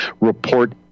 report